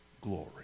glory